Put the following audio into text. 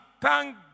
thank